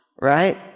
right